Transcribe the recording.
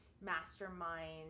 Mastermind